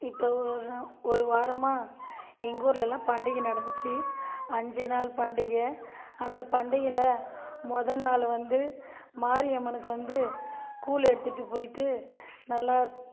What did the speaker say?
இப்போ ஒரு ஒரு வாரமாக எங்கள் ஊரிலலாம் பண்டிகை நடந்துச்சு அஞ்சு நாள் பண்டிகை அந்தப் பண்டிகையில் மொதல் நாள் வந்து மாரியம்மனுக்கு வந்து கூழ் எடுத்துட்டு போய்விட்டு நல்லா